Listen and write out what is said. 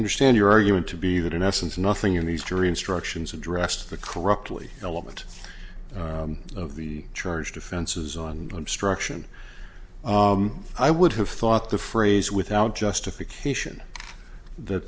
understand your argument to be that in essence nothing in these jury instructions addressed the corruptly element of the charged offenses on struction i would have thought the phrase without justification that